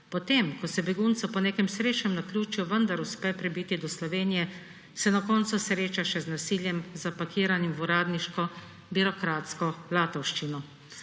Po tem, ko se beguncu po nekem srečnem naključju vendar uspe prebiti do Slovenije, se na koncu sreča še z nasiljem, zapakiranim v uradniško birokratsko latovščino.